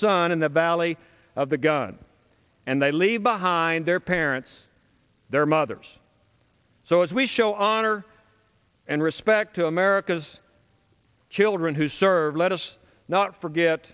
sun in the valley of the gun and they leave behind their parents their mothers so as we show honor and respect america's children who serve let us not forget